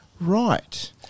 Right